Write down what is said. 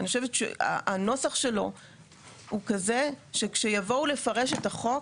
אני חושבת שהנוסח שלו הוא כזה שכשיבואו לפרש את החוק,